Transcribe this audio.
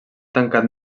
tancat